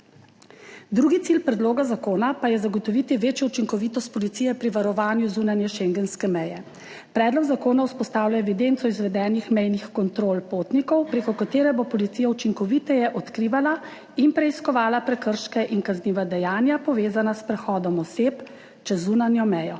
Drugi cilj predloga zakona pa je zagotoviti večjo učinkovitost policije pri varovanju zunanje schengenske meje. Predlog zakona vzpostavlja evidenco izvedenih mejnih kontrol potnikov, preko katere bo policija učinkoviteje odkrivala in preiskovala prekrške in kazniva dejanja, povezana s prehodom oseb čez zunanjo mejo.